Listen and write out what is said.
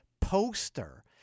poster